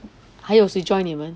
还有谁 join 你们